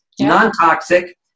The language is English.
non-toxic